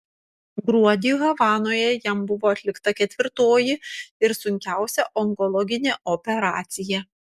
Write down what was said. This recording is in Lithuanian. gruodį havanoje jam buvo atlikta ketvirtoji ir sunkiausia onkologinė operacija